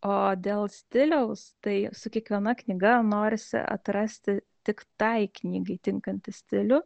o dėl stiliaus tai su kiekviena knyga norisi atrasti tik tai knygai tinkantį stilių